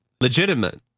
legitimate